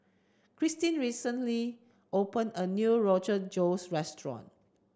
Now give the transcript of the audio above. Cristin recently opened a new Rogan Josh Restaurant